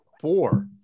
four